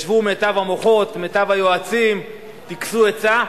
ישבו מיטב המוחות ומיטב היועצים וטיכסו עצה,